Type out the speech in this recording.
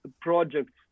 projects